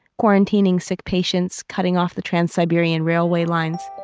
quarantining sick patients, cutting off the trans-siberian railway lines.